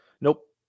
Nope